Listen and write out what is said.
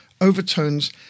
overtones